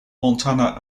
montana